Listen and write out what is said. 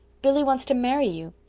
billy wants to marry you.